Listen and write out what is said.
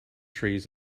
trees